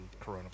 coronavirus